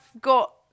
got